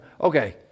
okay